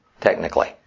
technically